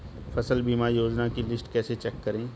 फसल बीमा योजना की लिस्ट कैसे चेक करें?